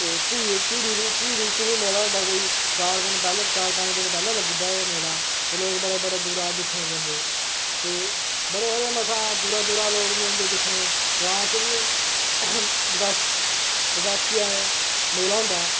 ते झिड़ी च बी मेला होंदा कोई चार दिन पैह्लें चार पंज दिन पैह्लें लग्गी जंदा ओह् मेला ते लोग बड़े बड़े दूरा दा दिक्खने गी जंदे ते बड़े बड़े दूरा दूरा दा लोग बी औंदे लोग दिक्खने गी ग्रांऽ च बी बसाखिया दा मेला होंदा